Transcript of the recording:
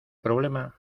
problema